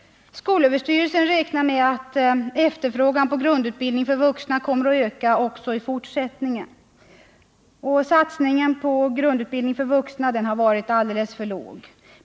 Skolöverstyrelsen räknar med att efterfrågan på grundutbildning för vuxna kommer att öka även i fortsättningen. Satsningen på grundutbildning för vuxna har varit alldeles för låg.